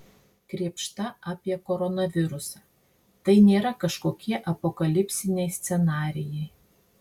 krėpšta apie koronavirusą tai nėra kažkokie apokalipsiniai scenarijai